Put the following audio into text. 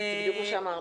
זה בדיוק מה שאמרנו.